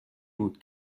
بود